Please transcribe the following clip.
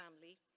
family